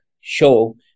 show